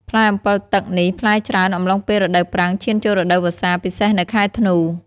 ផ្លែអម្ពិលទឹកនេះផ្លែច្រើនអំឡុងពេលរដូវប្រាំងឈានចូលរដូវវស្សា ពិសេសនៅខែធ្នូ។